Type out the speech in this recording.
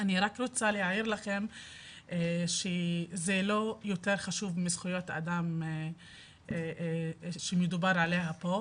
אני רק רוצה להעיר לכם שזה לא יותר חשוב מזכויות האדם שמדובר עליה פה,